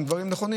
הם דברים נכונים.